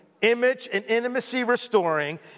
image-and-intimacy-restoring